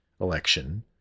election